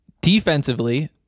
Defensively